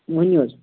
ؤنِو حظ